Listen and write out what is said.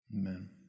Amen